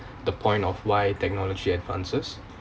the point of why technology advances